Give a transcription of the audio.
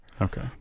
Okay